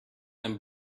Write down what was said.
and